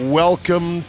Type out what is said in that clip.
welcome